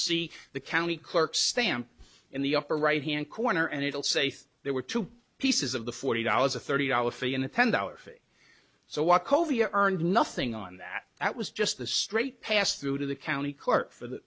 see the county clerk stamp in the upper right hand corner and it'll say there were two pieces of the forty dollars a thirty dollars fee and a ten dollar fee so walk over your earned nothing on that that was just the straight pass through to the county court for